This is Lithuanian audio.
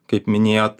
kaip minėjot